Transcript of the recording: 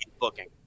Booking